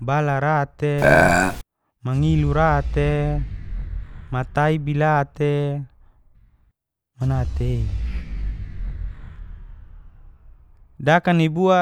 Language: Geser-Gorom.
Balarate, mengiliu rate, mataibi late manate. Dakanibu